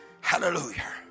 hallelujah